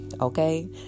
okay